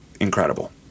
incredible